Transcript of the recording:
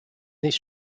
this